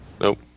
Nope